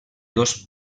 dos